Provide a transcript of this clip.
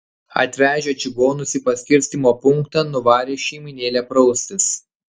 atvežę čigonus į paskirstymo punktą nuvarė šeimynėlę praustis